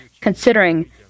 Considering